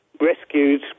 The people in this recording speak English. rescued